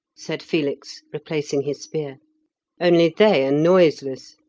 said felix, replacing his spear only they are noiseless.